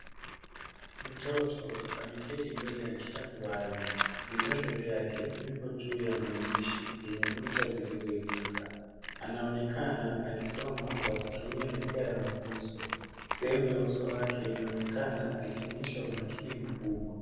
Mtoto ameketi mbele ya kitabu wazi. Vidole vyake viko juu ya maandishi yenye nukta zilizoinuka. Anaonekana akisoma kwa kutumia hisia ya mguso. Sehemu ya uso wake inaonekana akionyesha umakini mkubwa.